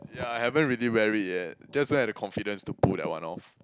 ya I haven't really wear it yet just don't have the confidence to pull that one off